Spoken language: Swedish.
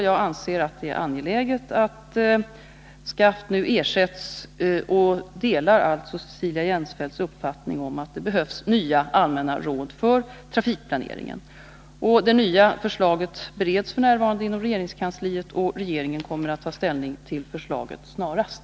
Jag anser att det är angeläget att SCAFT nu ersätts och delar alltså Cecilia Jensfelts uppfattning om att det behövs nya allmänna råd för trafikplaneringen. Det nya förslaget bereds f. n. inom regeringskansliet, och regeringen kommer att ta ställning till förslaget snarast.